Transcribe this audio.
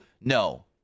No